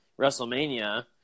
WrestleMania –